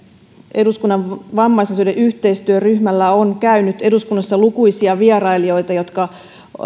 eduskunnan vammaisasioiden yhteistyöryhmällä on käynyt eduskunnassa lukuisia vierailijoita jotka